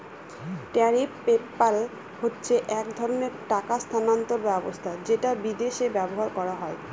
tariff PayPal হচ্ছে এক ধরনের টাকা স্থানান্তর ব্যবস্থা যেটা বিদেশে ব্যবহার করা হয়